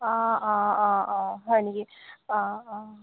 অঁ অঁ অঁ অঁ হয় নেকি অঁ অঁ